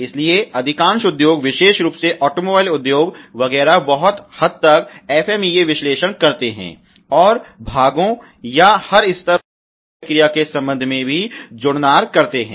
इसलिए अधिकांश उद्योग विशेष रूप से ऑटोमोबाइल उद्योग वगैरह बहुत हद तक FMEA विश्लेषण करते हैं और भागों या घटकों के हर स्तर और संयोजन प्रक्रिया के संबंध में भी जुड़नार करते हैं